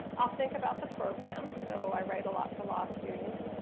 i'll think about the program. so, i write a lot for law students.